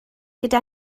gyda